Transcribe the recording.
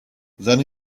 then